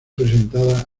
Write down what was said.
presentada